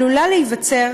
עלולה להיווצר